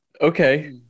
Okay